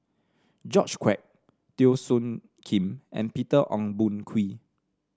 George Quek Teo Soon Kim and Peter Ong Boon Kwee